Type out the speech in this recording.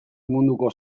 munduko